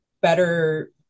better